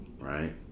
right